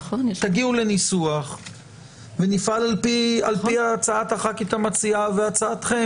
תגיעו לניסוח ונפעל על פי הצעת הח"כית המציעה והצעתכם,